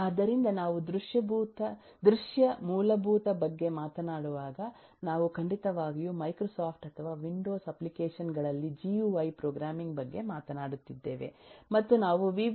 ಆದ್ದರಿಂದ ನಾವು ದೃಶ್ಯ ಮೂಲಭೂತ ಬಗ್ಗೆ ಮಾತನಾಡುವಾಗ ನಾವು ಖಂಡಿತವಾಗಿಯೂ ಮೈಕ್ರೋಸಾಫ್ಟ್ ಅಥವಾ ವಿಂಡೋಸ್ ಅಪ್ಲಿಕೇಶನ್ ಗಳಲ್ಲಿ ಜಿಯುಐ ಪ್ರೋಗ್ರಾಮಿಂಗ್ ಬಗ್ಗೆ ಮಾತನಾಡುತ್ತಿದ್ದೇವೆ ಮತ್ತು ನಾವು ವಿಬಿ